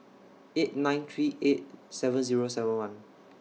eight nine three eight seven Zero seven one